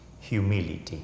humility